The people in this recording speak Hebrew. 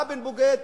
רבין בוגד,